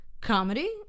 comedy